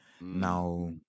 Now